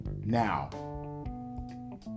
Now